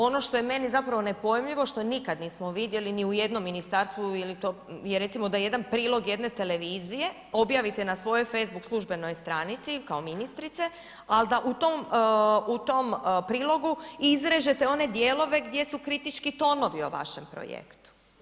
Ono što je meni zapravo nepojmljivo, što nikad nismo vidjeli ni u jednom ministarstvu ili to i da recimo jedan prilog jedne televizije objavite na svojoj facebook službenoj stranici kao ministrice, ali da u tom prilogu izrežete one dijelove gdje su kritički tonovi o vašem projektu.